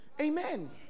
Amen